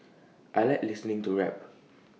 I Like listening to rap